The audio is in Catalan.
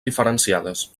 diferenciades